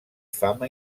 fama